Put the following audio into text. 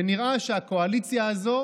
ונראה שהקואליציה הזאת